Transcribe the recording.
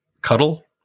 Cuddle